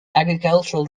agricultural